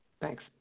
Thanks